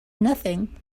nothing